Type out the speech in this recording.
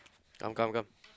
come come come